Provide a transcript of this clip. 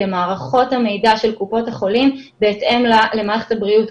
למערכות המידע של קופות החולים בהתאם למערכת הבריאות.